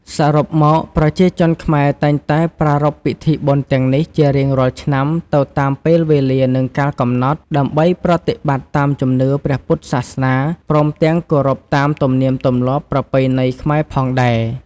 សរុបមក ប្រជាជនខ្មែរតែងតែប្រារព្ធពិធីបុណ្យទាំងនេះជារៀងរាល់ឆ្នាំទៅតាមពេលវេលានិងកាលកំណត់ ដើម្បីប្រតិបត្តិតាមជំនឿព្រះពុទ្ធសាសនា ព្រមទាំងគោរពតាមទំនៀមទម្លាប់ប្រពៃណីខ្មែរផងដែរ។